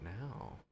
now